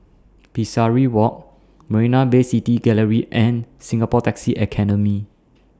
Pesari Walk Marina Bay City Gallery and Singapore Taxi Academy